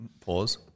Pause